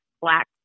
black